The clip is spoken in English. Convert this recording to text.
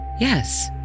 Yes